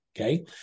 Okay